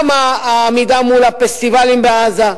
גם העמידה מול הפסטיבלים בעזה,